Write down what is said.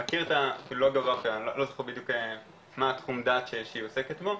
לא זוכר בדיוק מה תחום הדעת שהיא עוסקת בו,